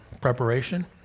preparation